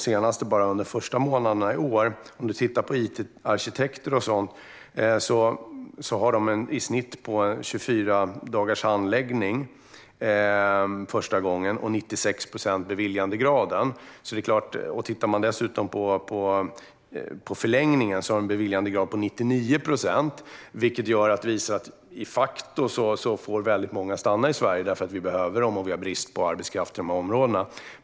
Under de första månaderna i år hade it-arkitekter en handläggning på i snitt 24 dagar första gången och en beviljandegrad på 96 procent. När det gäller förlängning är beviljandegraden 99 procent. Det visar att väldigt många de facto får stanna i Sverige därför att vi behöver dem och har brist på arbetskraft i de här områdena.